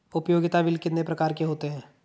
उपयोगिता बिल कितने प्रकार के होते हैं?